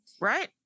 Right